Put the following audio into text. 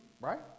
Right